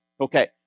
Okay